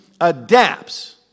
adapts